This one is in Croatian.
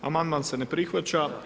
Amandman se ne prihvaća.